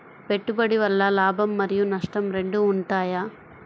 పెట్టుబడి వల్ల లాభం మరియు నష్టం రెండు ఉంటాయా?